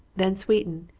then sweeten,